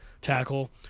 tackle